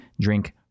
drink